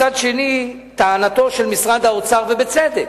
מצד שני, טענתו של משרד האוצר, ובצדק,